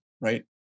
right